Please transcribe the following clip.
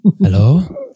hello